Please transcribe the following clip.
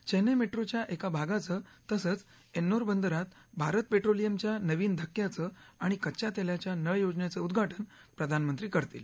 चेन्नर्मिट्रोच्या एका भागाचं तसंच एन्नोर बंदरात भारत पेट्रोलियमच्या नवीन धक्क्याचं आणि कच्या तेलाच्या नळ योजनेचं उद्घाटन प्रधानमंत्री करतील